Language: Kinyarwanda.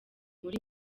muri